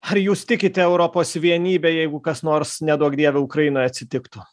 ar jūs tikite europos vienybe jeigu kas nors neduok dieve ukrainoj atsitiktų